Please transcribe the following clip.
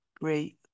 great